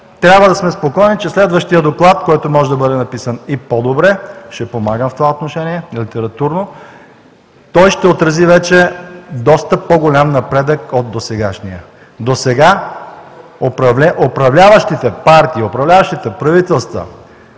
трябва да сме спокойни, че следващият доклад, който може да бъде написан и по-добре, ще помагам в това отношение, литературно, ще отрази доста по-голям напредък от досегашния. Досега управляващите партии и управляващите правителства